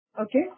Okay